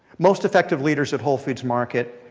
most effective leaders at whole foods market,